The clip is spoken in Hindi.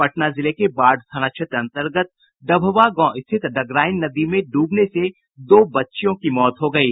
पटना जिले के बाढ़ थाना क्षेत्र अंतर्गत डभवा गांव स्थित डगराईन नदी में ड्रबने से दो बच्चियों की मौत हो गयी